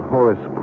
Horace